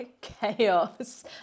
chaos